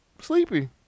sleepy